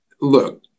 look